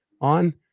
on